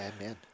Amen